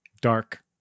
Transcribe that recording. dark